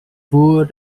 through